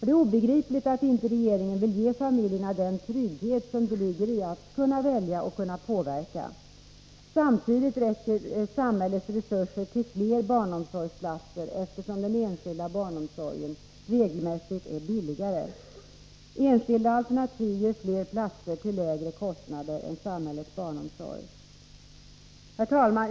Det är obegripligt att inte regeringen vill ge familjerna den trygghet som ligger i att kunna välja och att kunna påverka. Samtidigt skulle samhällets resurser då räcka till fler barnomsorgsplatser, eftersom enskild barnomsorg regelmässigt är billigare. Enskilda alternativ ger fler platser till lägre kostnader än samhällets barnomsorg. Herr talman!